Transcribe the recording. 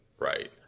right